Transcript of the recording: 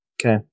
Okay